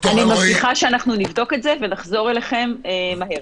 אני מבטיחה שאנחנו נבדוק את זה, ונחזור אליכם מהר.